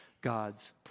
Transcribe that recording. God's